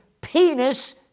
Penis